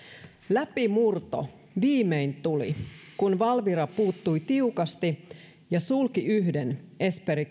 läpimurto viimein tuli kun valvira puuttui tiukasti ja sulki yhden esperi